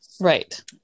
right